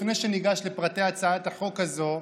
לפני שניגש לפרטי הצעת החוק הזאת.